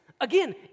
Again